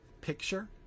picture